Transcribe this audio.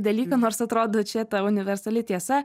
dalykam nors atrodo čia ta universali tiesa